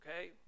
okay